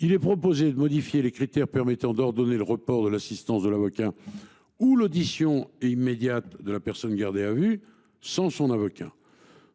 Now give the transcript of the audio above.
n° 7 tend à modifier les critères permettant d’ordonner le report de l’assistance de l’avocat ou l’audition immédiate de la personne gardée à vue sans son avocat.